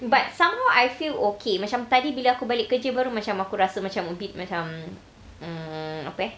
but somehow I feel okay macam tadi bila aku balik kerja baru macam aku rasa macam a bit macam um apa eh